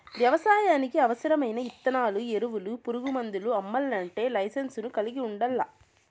వ్యవసాయానికి అవసరమైన ఇత్తనాలు, ఎరువులు, పురుగు మందులు అమ్మల్లంటే లైసెన్సును కలిగి ఉండల్లా